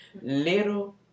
Little